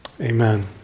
Amen